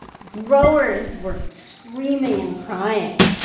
growers were screaming and crying.